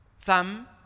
thumb